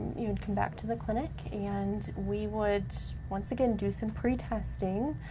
you would come back to the clinic and we would once again do some pretesting.